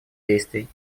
действий